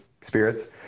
spirits